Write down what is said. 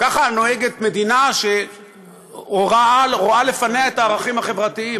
ככה נוהגת מדינה שרואה לפניה את הערכים החברתיים,